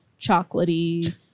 chocolatey